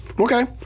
Okay